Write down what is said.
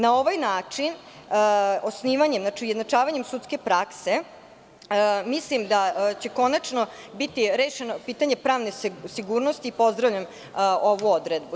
Na ovaj način, osnivanjem, znači ujednačavanjem sudske prakse, mislim da će konačno biti rešeno pitanje pravne sigurnosti i pozdravljam ovu odredbu.